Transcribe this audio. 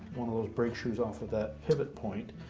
one of those brake shoes off of that pivot point.